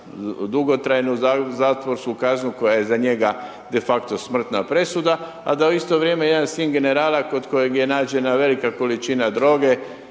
na dugotrajnu zatvorsku kaznu koja je za njega defakto smrtna presuda, a da u isto vrijeme jedan sin generala kod kojeg je nađena velika količina droge,